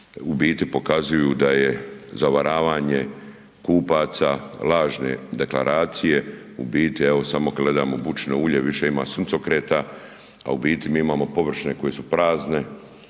u biti pokazuju da je zavaravanje kupaca, lažne deklaracije, u biti evo samo gledamo bućino ulje više ima suncokreta a u biti mi imamo površine koje su prazne,